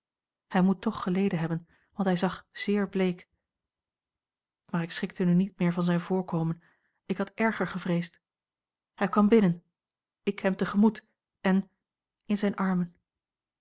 hij moet toch geleden hebben want hij zag zeer bleek maar ik schrikte nu niet meer van zijn voorkomen ik had erger gevreesd hij kwam binnen ik hem te gemoet en in zijn armen